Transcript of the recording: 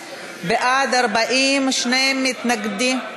בעד, 40, שני מתנגדים.